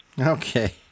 Okay